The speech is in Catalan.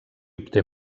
obté